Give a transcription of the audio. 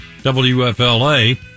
WFLA